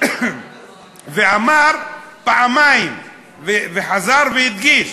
ואמר פעמיים וחזר והדגיש: